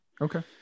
okay